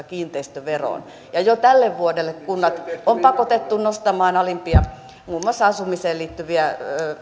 kiinteistöveroon ja jo tälle vuodelle kunnat on pakotettu nostamaan alimpia muun muassa asumiseen liittyviä